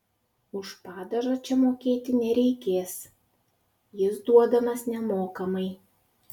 už padažą čia mokėti nereikės jis duodamas nemokamai